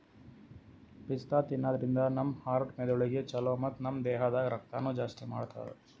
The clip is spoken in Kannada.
ಪಿಸ್ತಾ ತಿನ್ನಾದ್ರಿನ್ದ ನಮ್ ಹಾರ್ಟ್ ಮೆದಳಿಗ್ ಛಲೋ ಮತ್ತ್ ನಮ್ ದೇಹದಾಗ್ ರಕ್ತನೂ ಜಾಸ್ತಿ ಮಾಡ್ತದ್